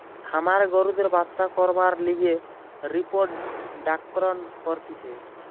খামারে গরুদের বাচ্চা করবার লিগে রিপ্রোডাক্সন করতিছে